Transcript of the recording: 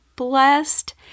blessed